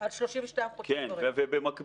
על 32 חודשים כרגע.